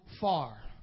far